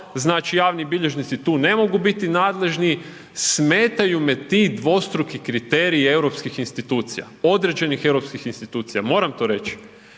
znači javni bilježnici tu ne mogu biti nadležni. Smetaju me ti dvostruki kriteriji europskih institucija. Određenih europskih institucija, moram to reći.